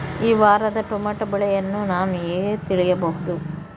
ಈ ವಾರದ ಟೊಮೆಟೊ ಬೆಲೆಯನ್ನು ನಾನು ಹೇಗೆ ತಿಳಿಯಬಹುದು?